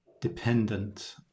dependent